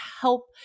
help